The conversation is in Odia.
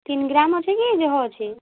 ତିନ୍ ଗ୍ରାମ୍ ଅଛେ କି ଯହ ଅଛି